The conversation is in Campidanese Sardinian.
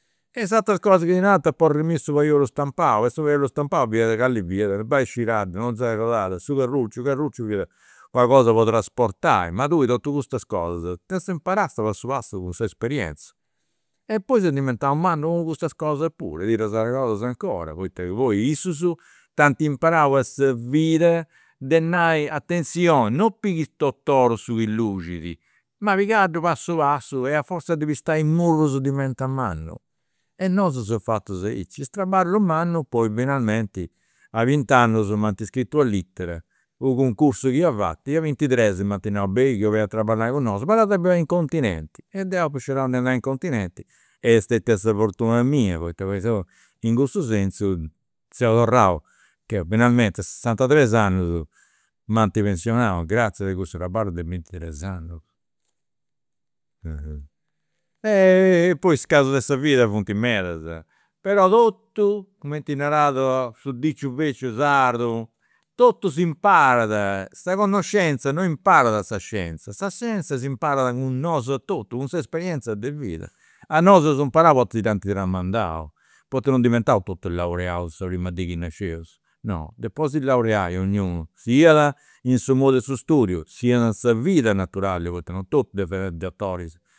E is ateras cosas chi ti narant, aporrimì su paiolu stampau e su paiolu stampau fiat calli fiat, e circaddu, non s'arregodada, su carruciu, su carruciu fiat una cosa po trasportai, ma tui totu custas cosas ddas imparast passu passu cun s'esperienza. E poi seu diventau mannu cun custas cosas puru e ti ddas arregodas 'ncora poita che poi issus t'ant imparau a sa vida, de nai, atenzioni, non pighist tot'oru su chi luxit, ma pigaddu passu passu e a forza de pistai i' murrus diventa mannu. E nosu fatus aici, is traballus mannus poi finalmenti, a bint'annus m'ant scritu una litera, u' cuncursu chi ia fatu, nd'ia bintu tres m'ant nau, beni chi 'olis beni a traballai cun nosu, però depis beni in continenti. E deu apu scerau de andai in continenti. Est stetia sa fortuna mia, poita in cussu sensu seu torrau che finalmente a sesantatres annus m'ant pensionau, gratzias a cussu traballu de bintitres annus. E poi is casus de sa vida funt medas, però totu, cumenti narat su diciu beciu sardu, totu s'imparat, sa connoscenzia non imparat de sa sciezia, sa scienzia s'imparat de nosu a totu, cun s'esperienzia de vida. A nosu d'eus imparau poita si dd'ant tramandau, poita non diventaus totus laureaus sa primu dì chi nascieus, no, e po si laureai donniunu, siat in su mod'e su studiu sia in sa vida naturali, poita non totus depint essi dotoris